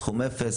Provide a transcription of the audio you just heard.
סכום אפס,